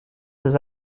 ces